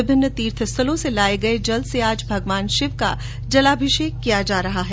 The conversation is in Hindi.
विभिन्न तीर्थ स्थलों से लाये गये जल से आज भगवान शिव का जलाभिषेक किया जा रहा है